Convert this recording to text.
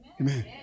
Amen